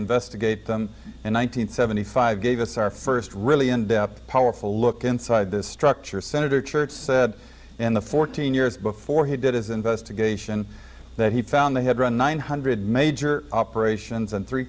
investigate them in one thousand nine hundred seventy five gave us our first really in depth powerful look inside this structure senator church said in the fourteen years before he did his investigation that he found they had run one hundred major operations and three